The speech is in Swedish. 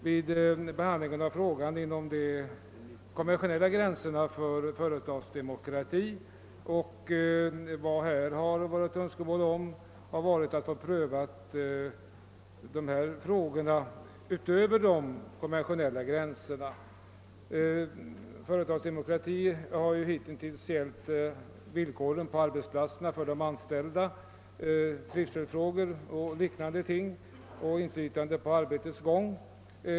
Vid behandlingen av frågan har man hållit sig inom de konventionella gränserna för företagsdemokrati, men vad jag i motionen framställt önskemål om är att dessa frågor skulle prövas utanför de konventionella gränserna. Företagsdemokrati har hittills gällt villkoren på arbetsplatserna för de anställda, trivselfrågor och liknande ting samt inflytande på arbetets gång.